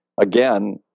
again